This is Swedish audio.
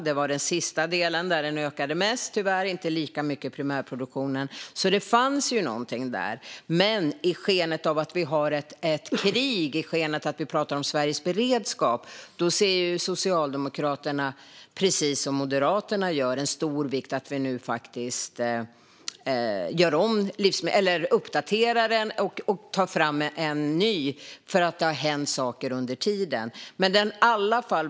Det var i den sista den ökade mest, tyvärr, och inte lika mycket i primärproduktionen. Det fanns alltså något där. Men i skenet av att vi har ett krig och pratar om Sveriges beredskap ser Socialdemokraterna, precis som Moderaterna, ett stort värde i att vi nu faktiskt uppdaterar den och tar fram en ny.